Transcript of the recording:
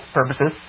purposes